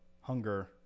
hunger